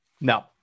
No